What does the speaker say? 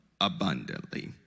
abundantly